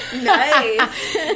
Nice